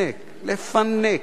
לפנק, לפנק.